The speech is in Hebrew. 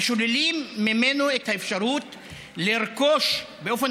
ושוללים ממנו את האפשרות לרכוש באופן